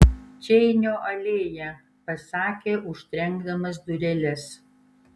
čeinio alėja pasakė užtrenkdamas dureles